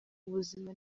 ubuzima